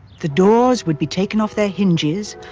the doors would be taken off their hinges.